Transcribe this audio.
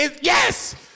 Yes